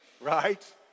Right